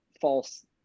false